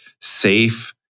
safe